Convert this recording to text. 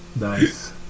Nice